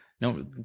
No